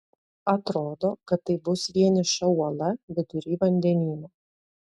atrodo kad tai bus vieniša uola vidury vandenyno